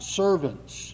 servants